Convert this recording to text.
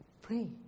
Pray